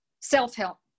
self-help